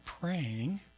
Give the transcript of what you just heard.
praying